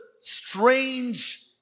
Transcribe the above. strange